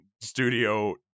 studio